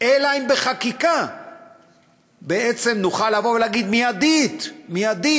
אלא אם בחקיקה בעצם נוכל לבוא ולהגיד מייד, מייד,